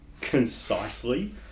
concisely